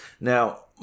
now